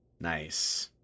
Nice